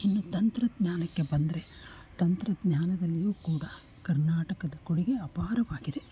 ಇನ್ನು ತಂತ್ರಜ್ಞಾನಕ್ಕೆ ಬಂದರೆ ತಂತ್ರಜ್ಞಾನದಲ್ಲಿಯೂ ಕೂಡ ಕರ್ನಾಟಕದ ಕೊಡುಗೆ ಅಪಾರವಾಗಿದೆ